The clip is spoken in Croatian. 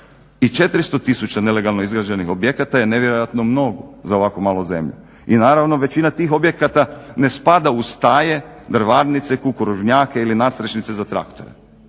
400 tisuća nelegalno izgrađenih objekata je nevjerojatno mnogo za ovako malu zemlju. I naravno većina tih objekata ne spada u staje, drvarnice i kukuružnjake ili nadstrešnice za traktore.